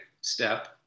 step